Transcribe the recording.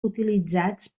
utilitzats